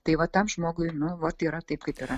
tai va tam žmogui nu vot yra taip kaip yra